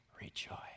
rejoice